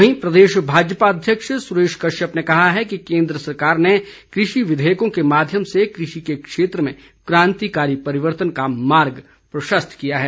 वहीं प्रदेश भाजपा अध्यक्ष सुरेश कश्यप ने कहा है कि केंद्र सरकार ने कृषि विधेयकों के माध्यम से कृषि के क्षेत्र में क्रांतिकारी परिवर्तन का मार्ग प्रशस्त किया है